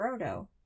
Frodo